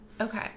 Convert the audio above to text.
Okay